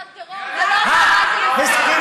לא, טרור זה לא הפרת הסכמים.